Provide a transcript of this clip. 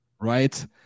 Right